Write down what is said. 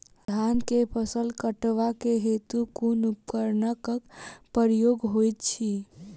धान केँ फसल कटवा केँ हेतु कुन उपकरणक प्रयोग होइत अछि?